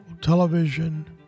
television